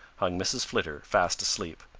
hung mrs. flitter fast asleep.